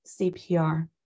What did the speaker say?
CPR